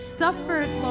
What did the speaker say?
suffered